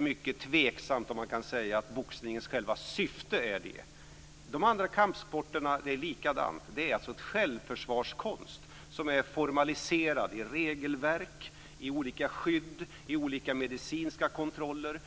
mycket tveksamt om man kan säga att boxningens själva syfte är det. Det är likadant med de andra kampsporterna. Det är alltså en självförsvarskonst som är formaliserad i regelverk, i olika skydd och medicinska kontroller.